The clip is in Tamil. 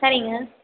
சரிங்க